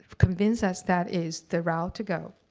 convince us that is the route to go.